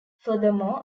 furthermore